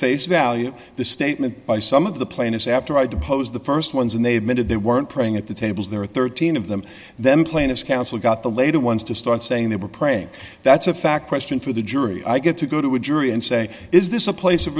face value the statement by some of the plaintiffs after i deposed the fur st ones and they admitted they weren't praying at the tables there were thirteen of them then plaintiffs council got the later ones to start saying they were praying that's a fact question for the jury i get to go to a jury and say is this a place of